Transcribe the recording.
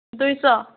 ଦୁଇଶହ